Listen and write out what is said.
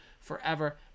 forever